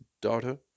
daughter